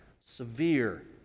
severe